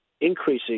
increasing